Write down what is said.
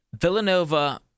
Villanova